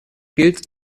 gilt